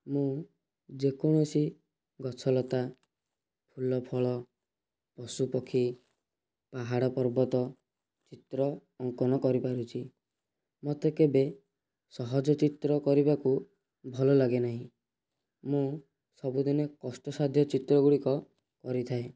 ମୁଁ ଯେକୌଣସି ଗଛଲତା ଫୁଲଫଳ ପଶୁପକ୍ଷୀ ପାହାଡ଼ ପର୍ବତ ଚିତ୍ର ଅଙ୍କନ କରିପାରୁଛି ମୋତେ କେବେ ସହଜ ଚିତ୍ର କରିବାକୁ ଭଲଲାଗେ ନାହିଁ ମୁଁ ସବୁଦିନେ କଷ୍ଟସାଧ୍ୟ ଚିତ୍ର ଗୁଡ଼ିକ କରିଥାଏ